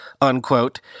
unquote